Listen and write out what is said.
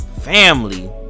family